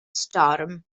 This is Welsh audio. storm